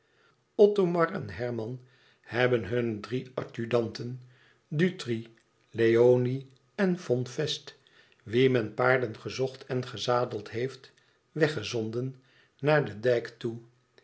othomar en herman hebben hunne drie adjudanten dutri leoni en von fest wien men paarden gezocht en gezadeld heeft weggezonden naar den dijk toe